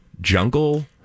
jungle